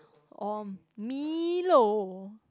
or milo